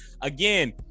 again